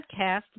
podcast